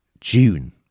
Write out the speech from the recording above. June